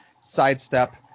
sidestep